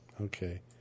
Okay